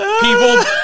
people